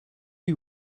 who